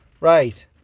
Right